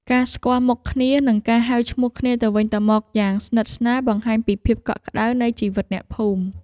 ការស្គាល់មុខគ្នា និងការហៅឈ្មោះគ្នាទៅវិញទៅមកយ៉ាងស្និទ្ធស្នាលបង្ហាញពីភាពកក់ក្ដៅនៃជីវិតអ្នកភូមិ។